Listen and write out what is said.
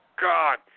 God